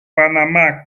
panamá